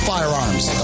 Firearms